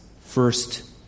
first